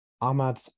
Ahmad